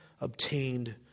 obtained